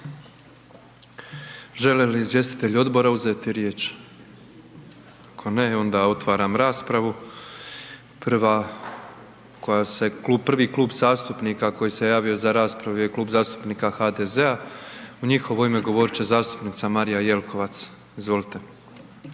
Želi li izvjestitelji odbora uzeti riječ? Ako ne onda otvaram raspravu. Prva koja se, prvi Klub zastupnika koji se je javio za raspravu, je Klub zastupnika HDZ-a, u njihovo ime govoriti će zastupnica Marija Jelkovac, izvolite.